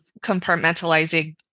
compartmentalizing